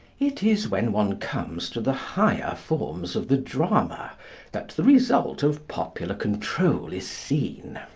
it is when one comes to the higher forms of the drama that the result of popular control is seen.